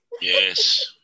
yes